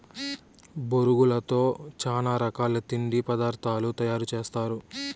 బొరుగులతో చానా రకాల తిండి పదార్థాలు తయారు సేస్తారు